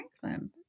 Franklin